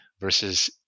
versus